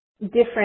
different